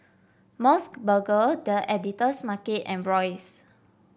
MOS burger The Editor's Market and Royce